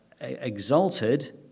exalted